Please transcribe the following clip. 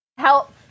help